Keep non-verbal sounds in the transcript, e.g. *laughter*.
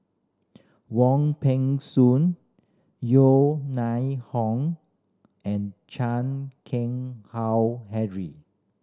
Wong Peng Soon Yeo *unintelligible* Hong and Chan Keng Howe Harry